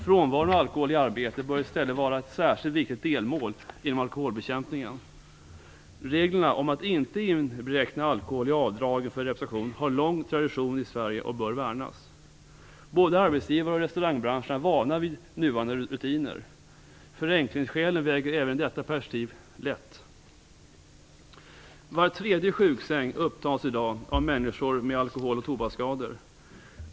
Frånvaron av alkohol i arbetet bör i stället vara ett särskilt viktigt delmål inom alkoholbekämpningen. Reglerna om att inte inberäkna alkohol i avdragen för representation har lång tradition i Sverige och bör värnas. Både arbetsgivare och restaurangbranschen är vana vid nuvarande rutiner. Förenklingsskälen väger även i detta perspektiv lätt. Var tredje sjuksäng upptas i dag av människor med alkohol och tobaksskador.